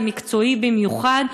ומקצועי במיוחד,